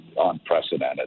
unprecedented